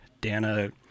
Dana